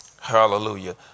Hallelujah